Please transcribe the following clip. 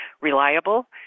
reliable